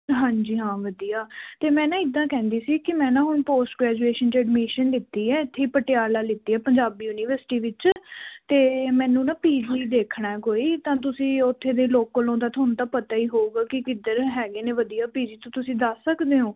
ਹਾਂਜੀ ਹਾਂ ਵਧੀਆ ਅਤੇ ਮੈਂ ਨਾ ਇੱਦਾਂ ਕਹਿੰਦੀ ਸੀ ਕਿ ਮੈਂ ਨਾ ਹੁਣ ਪੋਸਟ ਗ੍ਰੈਜੂਏਸ਼ਨ 'ਚ ਐਡਮਿਸ਼ਨ ਲਿੱਤੀ ਹੈ ਇੱਥੇ ਪਟਿਆਲਾ ਲਿੱਤੀ ਹੈ ਪੰਜਾਬੀ ਯੂਨੀਵਰਸਿਟੀ ਵਿੱਚ ਅਤੇ ਮੈਨੂੰ ਨਾ ਪੀ ਜੀ ਦੇਖਣਾ ਕੋਈ ਤਾਂ ਤੁਸੀਂ ਉੱਥੇ ਦੇ ਲੋਕਲ ਹੋਂ ਤਾਂ ਤੁਹਾਨੂੰ ਤਾਂ ਪਤਾ ਹੀ ਹੋਊਗਾ ਕਿ ਕਿੱਧਰ ਹੈਗੇ ਨੇ ਵਧੀਆ ਪੀ ਜੀ ਤਾਂ ਤੁਸੀਂ ਦੱਸ ਸਕਦੇ ਹੋ